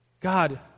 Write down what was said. God